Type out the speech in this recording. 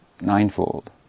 ninefold